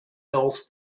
else